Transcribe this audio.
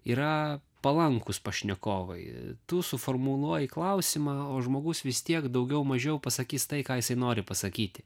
yra palankūs pašnekovai tu suformuluoji klausimą o žmogus vis tiek daugiau mažiau pasakys tai ką jisai nori pasakyti